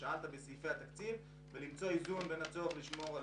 בסעיפי התקציב תוך מציאת איזון בין הצורך לשמור על